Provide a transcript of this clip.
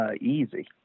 Easy